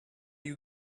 you